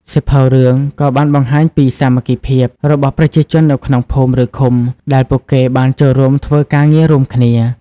សៀវភៅរឿងក៏បានបង្ហាញពី សាមគ្គីភាព របស់ប្រជាជននៅក្នុងភូមិ ឬឃុំ ដែលពួកគេបានចូលរួមធ្វើការងាររួមគ្នា។